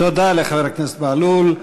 תודה לחבר הכנסת בהלול.